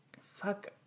fuck